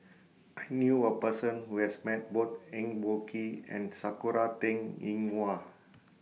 I knew A Person Who has Met Both Eng Boh Kee and Sakura Teng Ying Hua